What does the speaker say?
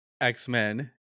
X-Men